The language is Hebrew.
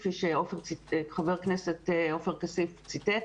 כפי שחבר הכנסת עופר כסיף ציטט.